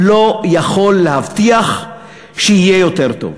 לא יכול להבטיח שיהיה יותר טוב.